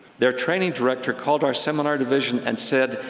their training director called our seminar division and said,